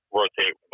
rotate